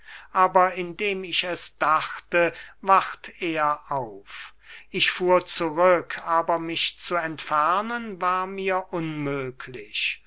aber indem ich es dachte wacht er auf ich fuhr zurück aber mich zu entfernen war mir unmöglich